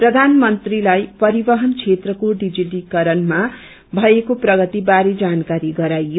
प्रधानमन्त्रीलाई परिवहन क्षेत्रको डिजिटकरणमा भएको प्रगति बारे जानकारी गराइयो